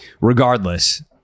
regardless